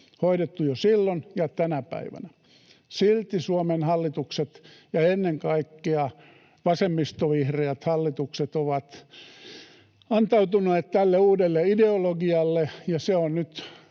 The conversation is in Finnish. hoidettu jo silloin ja tänä päivänä. Silti Suomen hallitukset ja ennen kaikkea vasemmistovihreät hallitukset ovat antautuneet tälle uudelle ideologialle, ja se on nyt